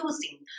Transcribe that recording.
using